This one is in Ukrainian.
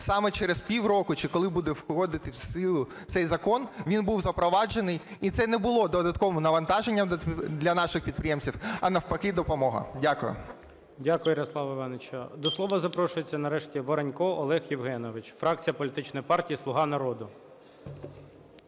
саме через півроку чи коли буде входити в силу цей закон, він був запроваджений, і це не було додатковим навантаженням для наших підприємців, а навпаки, допомога. Дякую. ГОЛОВУЮЧИЙ. Дякую, Ярослав Івановичу. До слова запрошується нарешті Воронько Олег Євгенович, фракція політичної партії "Слуга народу".